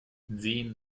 sehen